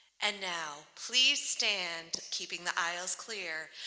and now, please stand, keeping the aisles clear,